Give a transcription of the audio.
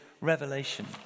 revelation